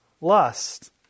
lust